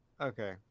Okay